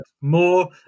more